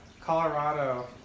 Colorado